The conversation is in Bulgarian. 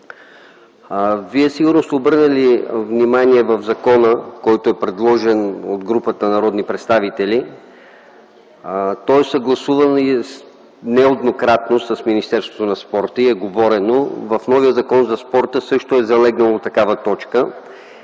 Вие сигурно сте обърнали внимание на закона, предложен от групата народни представители, той е съгласуван и нееднократно с Министерството на спорта и е говорено. В новия Закон за спорта също е залегнала такава точка.